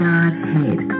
Godhead